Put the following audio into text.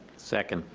second.